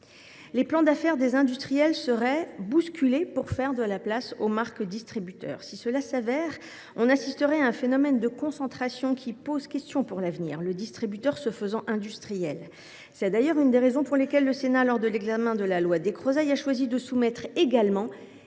Les plans d’affaires des industriels seraient bousculés pour faire de la place aux marques de distributeurs (MDD). Si cela était avéré, nous assisterions à un phénomène de concentration qui pose problème pour l’avenir, le distributeur se faisant industriel. C’est d’ailleurs une des raisons pour lesquelles le Sénat, lors de l’examen de la loi Descrozaille, a choisi de soumettre également